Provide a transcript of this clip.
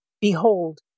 Behold